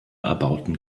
erbauten